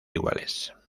iguales